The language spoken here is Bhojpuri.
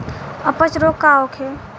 अपच रोग का होखे?